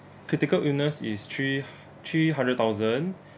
critical illness is three three hundred thousand